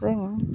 जों